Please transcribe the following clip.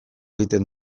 egiten